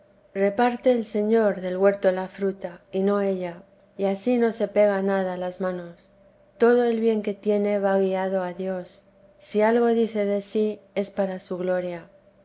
reparte el señor del huerto la fruta y no ella y ansí no se pega nada a las manos todo el bien que tiene va guiado a dios si algo dice de sí es para su gloria